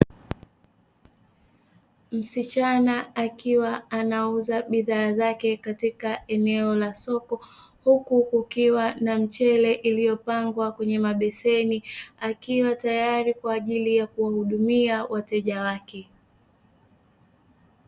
Msichana akiwa anauza bidhaa zake katika eneo la soko, huku kukiwa na mchele uliopangwa kwa kwenye mabeseni akiwa tayari kwa kuhudumia wateja wake.